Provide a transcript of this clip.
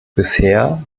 bisher